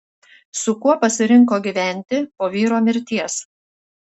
su kuo pasirinko gyventi po vyro mirties